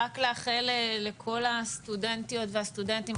רק לאחל לכל הסטודנטיות והסטודנטים,